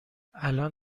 الان